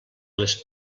les